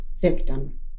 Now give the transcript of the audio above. victim